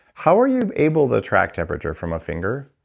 how are you able to track temperature from a finger?